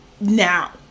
now